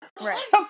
Right